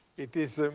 it is,